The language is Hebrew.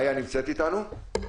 איה, בוקר טוב